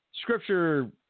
Scripture